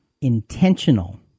intentional